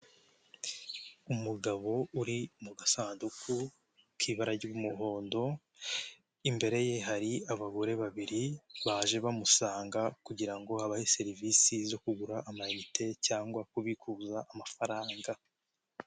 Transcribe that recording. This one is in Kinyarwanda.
Umugabo uri mu gasanduku k'ibara ry'umuhondo imbere ye hari abagore babiri baje bamusanga kugira ngo abahe serivisi zo kugura amayinite cyangwa kubikuza amafaranga.